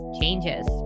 changes